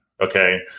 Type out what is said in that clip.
Okay